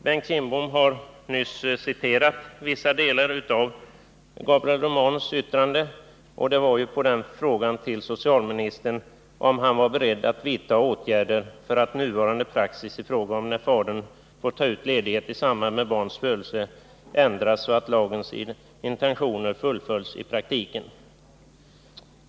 Bengt Kindbom har nyss citerat vissa delar av dåvarande socialministerns svar på frågan till honom, som gällde om han var ”beredd att vidta åtgärder för att nuvarande praxis i fråga om när fadern får ta ut ledighet i samband med barns födelse ändras så att lagens intentioner följs i praktiken”.